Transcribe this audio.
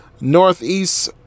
Northeast